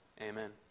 Amen